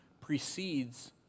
precedes